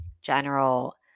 general